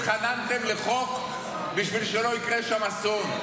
התחננתם לחוק בשביל שלא יקרה שם אסון.